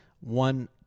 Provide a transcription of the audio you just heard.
One